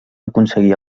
aconseguir